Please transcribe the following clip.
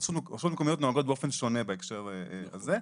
אוקיי.